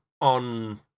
on